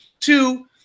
Two